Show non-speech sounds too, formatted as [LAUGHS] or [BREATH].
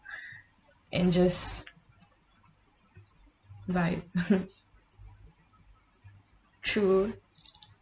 [BREATH] and just like [LAUGHS] true